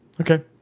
Okay